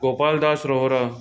Gopal Das Rohra